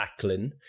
Acklin